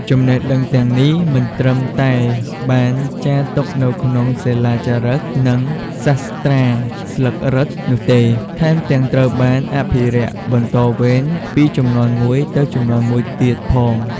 ចំណេះដឹងទាំងនេះមិនត្រឹមតែបានចារទុកនៅលើសិលាចារឹក និងសាស្ត្រាស្លឹករឹតនោះទេ ថែមទាំងត្រូវបានអភិរក្សបន្តវេនពីជំនាន់មួយទៅជំនាន់មួយទៀតផង។